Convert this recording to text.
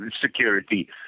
security